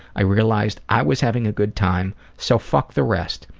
i realized i was having a good time so fuck the rest.